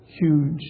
huge